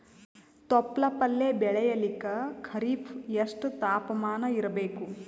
ತೊಪ್ಲ ಪಲ್ಯ ಬೆಳೆಯಲಿಕ ಖರೀಫ್ ಎಷ್ಟ ತಾಪಮಾನ ಇರಬೇಕು?